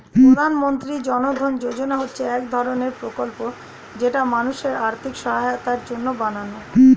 প্রধানমন্ত্রী জন ধন যোজনা হচ্ছে এক ধরণের প্রকল্প যেটি মানুষের আর্থিক সহায়তার জন্য বানানো